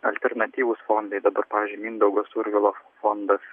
alternatyvūs fondai dabar pavyzdžiui mindaugo survilo fondas